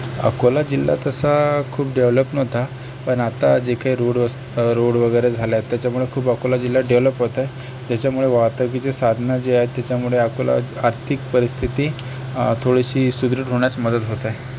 अकोला जिल्हा तसा खूप डेव्हलप नव्हता पण आता जे काही रोड रस्ता रोड वगैरे झालेत त्याच्यामुळे अकोला जिल्हा खूप डेव्हलप होतोय त्याच्यामुळे वाहतुकीची साधनं जे आहेत त्याच्यामुळे अकोला आर्थिक परिस्थिती थोडीशी सुदृढ होण्यास मदत होत आहे